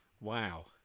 wow